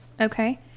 okay